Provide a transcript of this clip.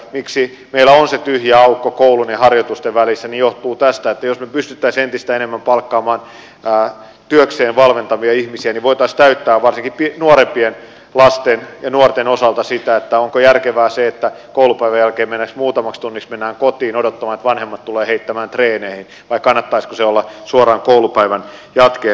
se miksi meillä on se tyhjä aukko koulun ja harjoitusten välissä johtuu tästä ja jos me pystyisimme entistä enemmän palkkaamaan työkseen valmentavia ihmisiä niin voitaisiin täyttää varsinkin nuorempien lasten ja nuorten osalta sitä onko järkevää se että koulupäivän jälkeen mennään muutamaksi tunniksi kotiin odottamaan että vanhemmat tulevat heittämään treeneihin vai kannattaisiko niiden olla suoraan koulupäivän jatkeena